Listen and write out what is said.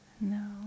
No